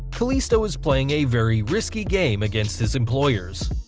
kalisto is playing a very risky game against his employers.